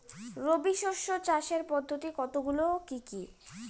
রবি শস্য চাষের পদ্ধতি কতগুলি কি কি?